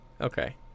okay